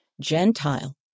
Gentile